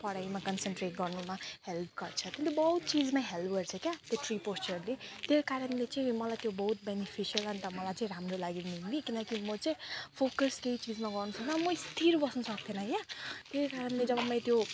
पढाइमा कन्सनट्रेट गर्नुमा हेल्प गर्छ त्यसले बहुत चिजमा हेल्प गर्छ क्या त्यो ट्री पोस्चरले त्यो कारणले चाहिँ मलाई त्यो बहुत बेनिफिसियल अन्त मलाई चाहिँ राम्रो लाग्यो किनकि म चाहिँ फोकस केही चिजमा गर्नुछ र म स्थिर बस्नुसक्दिनँ के त्यही कारणले जब मैले त्यो